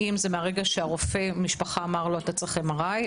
האם זה מהרגע שרופא המשפחה אמר לו: אתה צריך M.R.I.,